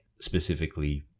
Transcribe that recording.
specifically